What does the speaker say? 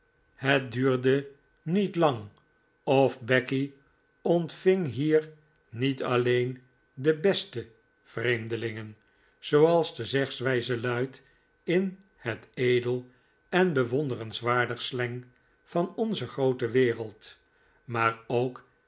het duurde niet lang of becky ontving hier niet alleen de beste vreemdelingen zooals de zegswijze luidt in het edel en bewonderenswaardig slang van onze groote wereld maar ook